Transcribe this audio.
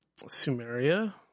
Sumeria